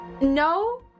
No